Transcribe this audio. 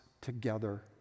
together